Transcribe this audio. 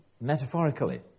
metaphorically